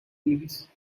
please